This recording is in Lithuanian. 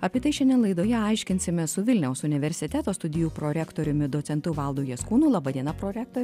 apie tai šiandien laidoje aiškinsimės su vilniaus universiteto studijų prorektoriumi docentu valdu jaskūnu laba diena prorektoriau